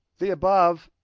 the above,